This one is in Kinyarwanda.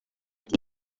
ati